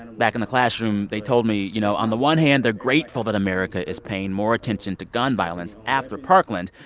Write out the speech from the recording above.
back in the classroom, they told me, you know, on the one hand, they're grateful that america is paying more attention to gun violence after parkland.